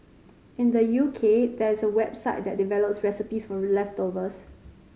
in the U K there's a website that develops recipes for leftovers